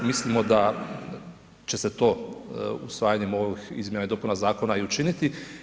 Mislimo da će se to usvajanjem ovih izmjena i dopunama zakona i učiniti.